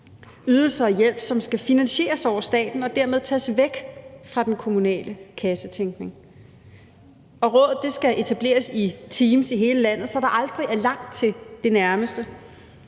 ydelser og hjælp, som skal finansieres over staten og dermed tages væk fra den kommunale kassetænkning. Rådet skal etableres i teams i hele landet, så der aldrig er langt til det nærmeste.